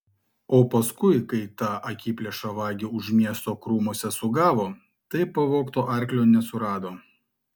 o paskui kai tą akiplėšą vagį už miesto krūmuose sugavo tai pavogto arklio nesurado